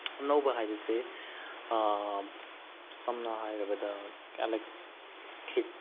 ꯑꯅꯧꯕ ꯍꯥꯏꯕꯁꯦ ꯁꯝꯅ ꯍꯥꯏꯔꯕꯗ ꯑꯣꯂꯦꯛꯇ꯭ꯔꯤꯛ